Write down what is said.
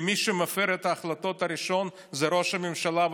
כי הראשון שמפר את ההחלטות הוא ראש הממשלה,